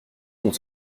monde